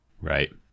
Right